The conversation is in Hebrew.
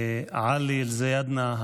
עלי אלזיאדנה,